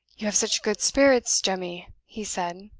you have such good spirits, jemmy, he said,